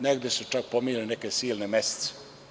Negde su čak pominjali neke silne mesece.